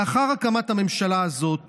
לאחר הקמת הממשלה הזאת